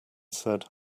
said